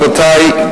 רבותי,